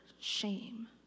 shame